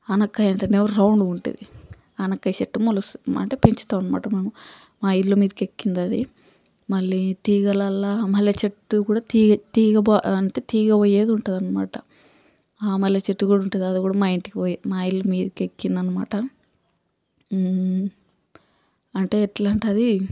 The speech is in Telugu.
ఆనపకాయ అంటేనేమో రౌండ్గా ఉంటుంది ఆనపకాయ చెట్టు మొలుస్తుంది అనమాట పెంచుతాం అనమాట మేము మా ఇల్లు మీదకి ఎక్కిందది మళ్ళీ తీగలల్ల మల్లె చెట్టు కూడ తీగ తీగ తీగబో అంటే తీగ బోయేది ఉంటుంది అనమాట ఆ మల్లె చెట్టు కూడ ఉంటుంది అది కూడ మా ఇంటిమీదకి బోయే మా ఇల్లు మీదకి ఎక్కిందనమాట అంటే ఎట్లా అంటే అది